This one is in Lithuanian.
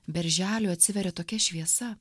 berželių atsiveria tokia šviesa